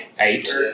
Eight